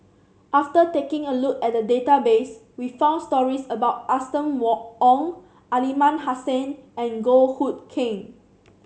after taking a look at the database we found stories about Austen Ong Aliman Hassan and Goh Hood Keng